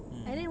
mm